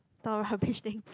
thought of rubbish thing